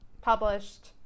published